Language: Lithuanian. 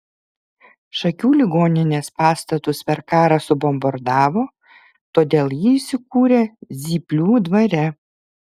šakių ligoninės pastatus per karą subombardavo todėl ji įsikūrė zyplių dvare